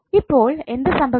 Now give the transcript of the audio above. ഇപ്പോൾ എന്ത് സംഭവിക്കും